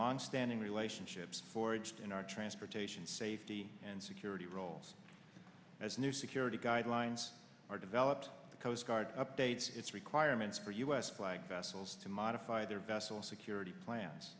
longstanding relationships forged in our transportation safety and security roles as new security guidelines are developed the coast guard updates its requirements for u s flagged vessels to modify their vessel security plans